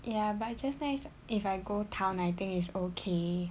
ya but I just nice if I go town I think is okay